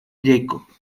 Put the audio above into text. jacob